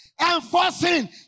Enforcing